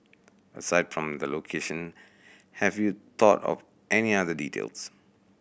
aside from the location have you thought of any other details